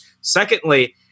Secondly